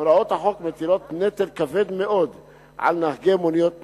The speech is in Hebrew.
הוראות החוק מטילות נטל כבד מאוד על נהגי מוניות תמימים,